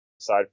aside